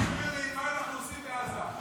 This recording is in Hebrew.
תסביר לי מה אנחנו עושים בעזה.